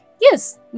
Yes